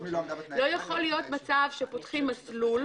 לא ייתכן מצב שפותחים לנו מסלול